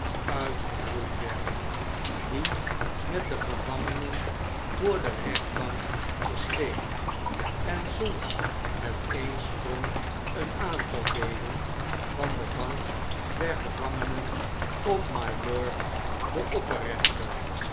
uitgebroeid werden die met de gevangenen voor de rechtbank verschenen en soms met een sprong een aanval deden van de bank der gevangenen op mylord den opper rechter